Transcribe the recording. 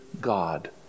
God